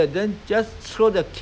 I mean nowadays parent